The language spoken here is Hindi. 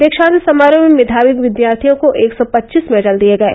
दीक्षांत समारोह में मेधावी विद्यार्थियों को एक सौ पचीस मेडल दिये गये